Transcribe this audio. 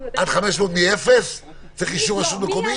אנחנו --- עד 500 מאפס צריך אישור של רשות מקומית?